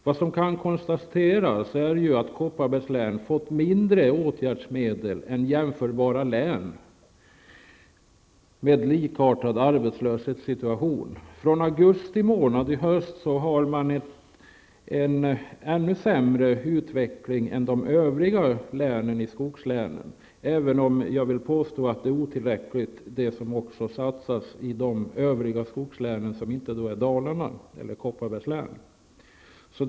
Vad som kan konstateras är att Kopparbergs län fått mindre åtgärdsmedel än jämförbara län med likartad arbetslöshetssituation. Från augusti månad har man haft en ännu sämre utveckling än övriga skogslän, även om jag vill påstå att det som satsas i de övriga skogslänen också är otillräckligt.